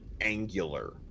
angular